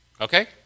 Okay